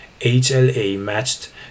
HLA-matched